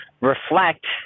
reflect